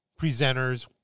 presenters